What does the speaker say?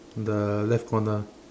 the left corner